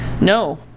No